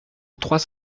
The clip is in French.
trois